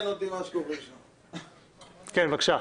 בבקשה.